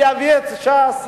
ויביא את ש"ס,